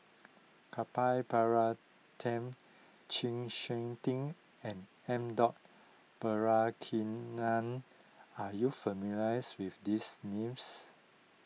Gopal Baratham Chng Seok Tin and M Dot Balakrishnan are you familiars with these names